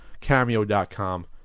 Cameo.com